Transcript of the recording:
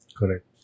Correct